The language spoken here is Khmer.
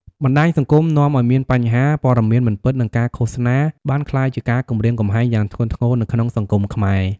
បណ្តាញសង្គមនាំឲ្យមានបញ្ហា ព័ត៌មានមិនពិត និង ការឃោសនា បានក្លាយជាការគំរាមកំហែងយ៉ាងធ្ងន់ធ្ងរនៅក្នុងសង្គមខ្មែរ។